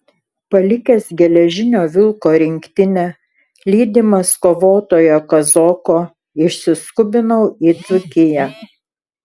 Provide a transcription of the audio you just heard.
palikęs geležinio vilko rinktinę lydimas kovotojo kazoko išsiskubinau į dzūkiją